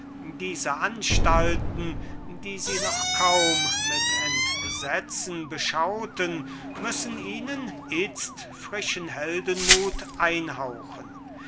diese anstalten die sie noch kaum mit entsetzen beschauten müssen ihnen itzt frischen heldenmut einhauchen